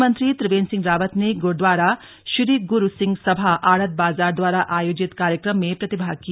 मुख्यमंत्री त्रिवेन्द्र सिंह रावत ने गुरूद्वारा श्री गुरू सिंह सभा आढ़त बाजार द्वारा आयोजित कार्यक्रम में प्रतिभाग किया